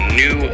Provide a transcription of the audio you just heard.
new